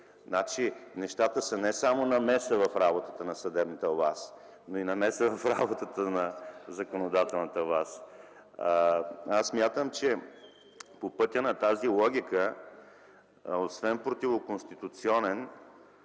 функции. Нещата са не само намеса в работата на съдебната власт, но и на и намеса в работата на законодателната власт. Аз смятам, че по пътя на тази логика, освен противоконституционен,